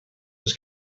his